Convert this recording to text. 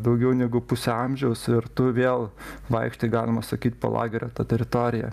daugiau negu pusė amžiaus ir tu vėl vaikštai galima sakyt po lagerio tą teritoriją